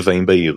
רבעים בעיר